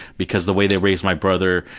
because the way they raised my brother.